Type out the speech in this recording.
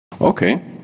Okay